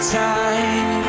time